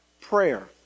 prayer